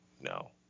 No